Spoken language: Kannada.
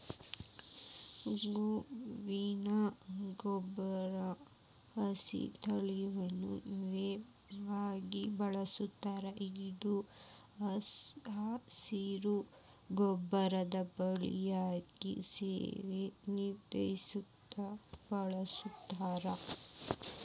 ಗೋವಿನ ಜೋಳಾನ ಹಸಿ ಅತ್ವಾ ಒಣ ಮೇವಾಗಿ ಬಳಸ್ತಾರ ಇದನ್ನು ಹಸಿರು ಗೊಬ್ಬರದ ಬೆಳೆಯಾಗಿ, ಸವೆತ ನಿಯಂತ್ರಣಕ್ಕ ಬಳಸ್ತಾರ